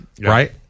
Right